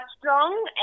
strong